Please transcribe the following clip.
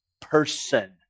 person